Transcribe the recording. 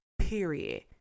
period